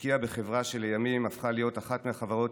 והשקיע בחברה שלימים הפכה להיות אחת מהחברות